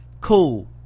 cool